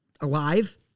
alive